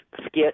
skit